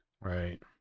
Right